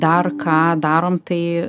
dar ką darom tai